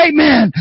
Amen